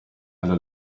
alla